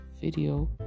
video